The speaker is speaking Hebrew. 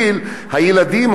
אני לא מדבר על מבוגרים,